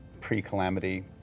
pre-calamity